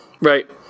Right